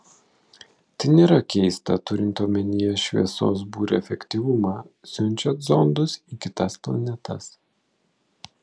tai nėra keista turint omenyje šviesos burių efektyvumą siunčiant zondus į kitas planetas